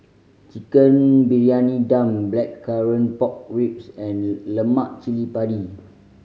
Chicken Briyani Dum Blackcurrant Pork Ribs and lemak cili padi